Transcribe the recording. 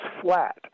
flat